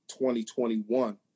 2021